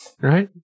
Right